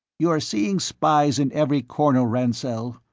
you're seeing spies in every corner, ransell,